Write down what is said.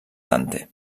dante